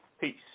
Peace